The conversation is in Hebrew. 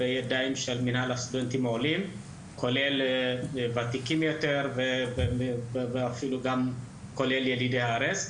בידי מינהל הסטודנטים העולים כולל ותיקים יותר ואפילו ילידי הארץ.